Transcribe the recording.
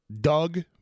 Doug